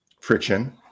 friction